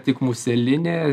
tik muselinė